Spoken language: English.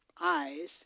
eyes